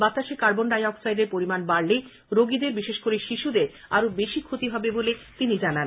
বাতাসে কার্বনডাই অক্সাইডের পরিমাণ বাড়লে রোগীদের বিশেষ করে শিশুদের আরও বেশি ক্ষতি হবে বলে তিনি জানান